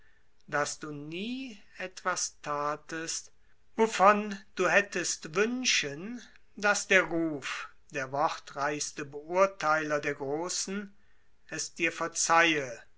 daß du nie etwas thatest wovon du hättest wünschend daß der ruf der wortreichste beurtheiler der großen es dir verzeihe